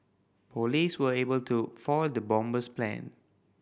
police were able to foil the bomber's plan